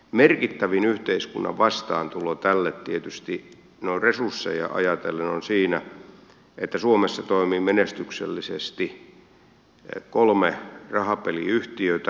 merkittävin yhteiskunnan vastaantulo tälle tietysti noin resursseja ajatellen on siinä että suomessa toimii menestyksellisesti kolme rahapeliyhtiötä